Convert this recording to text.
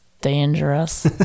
dangerous